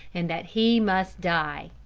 and that he must die.